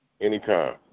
Anytime